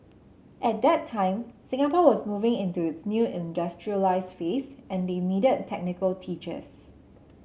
at that time Singapore was moving into its new industrialised phase and they needed technical teachers